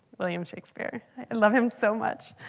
william shakespeare. i love him so much.